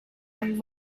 and